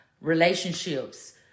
relationships